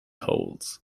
holes